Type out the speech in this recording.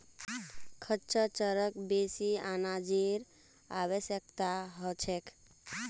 खच्चरक बेसी अनाजेर आवश्यकता ह छेक